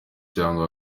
cyangwa